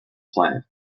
plan